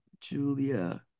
Julia